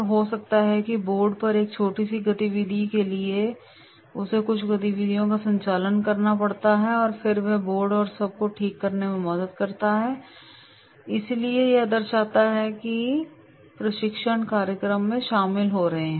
हो सकता है कि बोर्ड पर एक छोटी सी गतिविधि के लिए उसे कुछ गतिविधियों का संचालन करना पड़ता है और फिर वे बोर्ड और सभी को ठीक करने में मदद कर रहे हैं इसलिए यह दर्शाता है कि वे प्रशिक्षण कार्यक्रम में शामिल हो रहे हैं